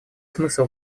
смысл